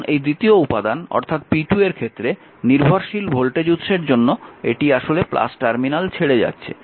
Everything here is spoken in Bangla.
এখন এই দ্বিতীয় উপাদান অর্থাৎ p2 এর ক্ষেত্রে নির্ভরশীল ভোল্টেজ উত্সের জন্য এটি আসলে টার্মিনাল ছেড়ে যাচ্ছে